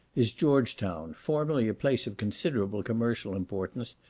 is george town, formerly a place of considerable commercial importance,